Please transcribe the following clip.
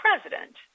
president